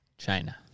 China